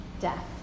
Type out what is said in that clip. death